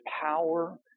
power